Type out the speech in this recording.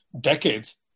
decades